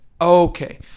okay